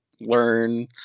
learn